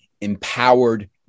empowered